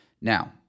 Now